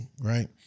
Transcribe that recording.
Right